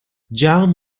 jiang